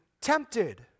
tempted